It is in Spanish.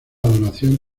donación